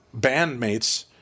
bandmates